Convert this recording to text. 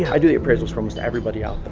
i do the appraisals for almost everybody out